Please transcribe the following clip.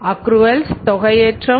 அக்ரூஅல்தொகை ஏற்றம்